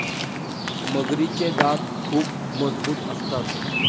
मगरीचे दात खूप मजबूत असतात